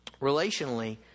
relationally